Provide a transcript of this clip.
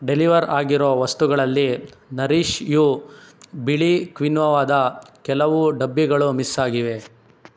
deliver ಆಗಿರೋ ವಸ್ತುಗಳಲ್ಲಿ Nourish You ಬಿಳಿ ಕ್ವಿನೋವಾದ ಕೆಲವು ಡಬ್ಬಿಗಳು ಮಿಸ್ ಆಗಿವೆ